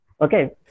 Okay